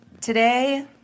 Today